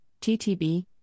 TTB